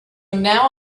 now